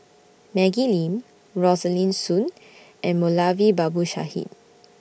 Maggie Lim Rosaline Soon and Moulavi Babu Sahib